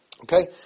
Okay